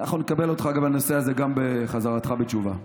אנחנו נקבל אותך בנושא הזה גם בחזרתך בתשובה.